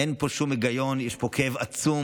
אין פה שום היגיון, יש פה כאב עצום.